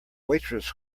waitress